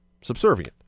subservient